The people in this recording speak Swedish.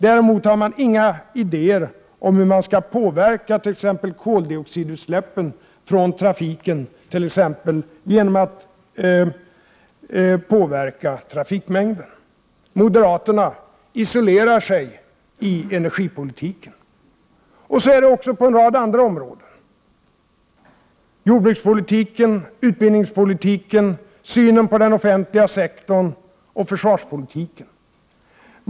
Däremot har man inga idéer om hur man skall påverka t.ex. koldioxidutsläppen från trafiken genom att exempelvis göra något åt trafikmängden. Moderaterna isolerar sig i energipolitiken. Så är det också på en rad andra områden. Det gäller jordbrukspolitiken, utbildningspolitiken, synen på den offentliga sektorn och försvarspolitiken.